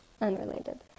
Unrelated